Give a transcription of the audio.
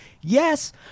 yes